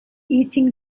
eating